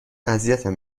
اذیتم